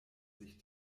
sich